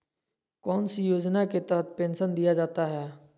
कौन सी योजना के तहत पेंसन दिया जाता है?